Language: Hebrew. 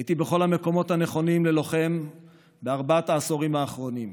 הייתי בכל המקומות הנכונים ללוחם בארבעת העשורים האחרונים.